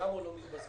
למה הוא לא מתבזבז?